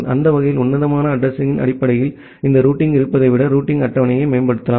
அந்த வகையில் உன்னதமான அட்ரஸிங்யின் அடிப்படையில் இந்த ரூட்டிங் இருப்பதை விட ரூட்டிங் அட்டவணையை மேம்படுத்தலாம்